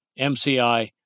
MCI